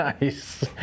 Nice